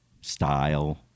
style